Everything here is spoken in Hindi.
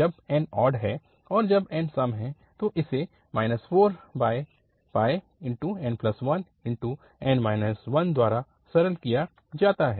जब n ऑड है और जब n सम है तो इसे 4n1n 1 द्वारा सरल किया जाता है